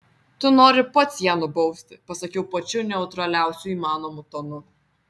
tu nori pats ją nubausti pasakiau pačiu neutraliausiu įmanomu tonu